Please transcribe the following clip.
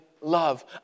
love